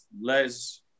Les